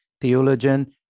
theologian